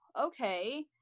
okay